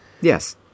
Yes